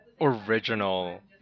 Original